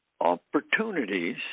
opportunities